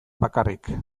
bakarrik